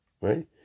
right